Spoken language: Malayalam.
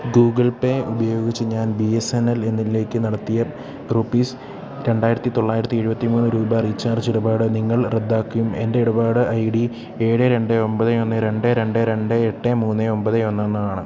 ഗൂഗിൾ പേ ഉപയോഗിച്ച് ഞാൻ ബി എസ് എൻ എൽ എന്നതിലേക്ക് നടത്തിയ റുപ്പീസ് രണ്ടായിരത്തി തൊള്ളായിരത്തി എഴുപത്തിമൂന്ന് രൂപ റീചാർജ് ഇടപാട് നിങ്ങൾ റദ്ദാക്കുകയും എൻ്റെ ഇടപാട് ഐ ഡി ഏഴ് രണ്ട് ഒമ്പത് ഒന്ന് രണ്ട് രണ്ട് രണ്ട് എട്ട് മൂന്ന് ഒമ്പത് ഒന്ന് ഒന്നാണ്